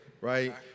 right